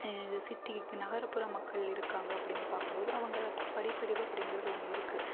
இங்கே சிட்டி நகரப்புற மக்கள் இருக்காங்க அப்படினு பார்க்கும்போது அவங்களுக்கெலா படிப்பறிவு அப்படிங்கறது ஒன்று இருக்குது